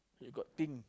you got think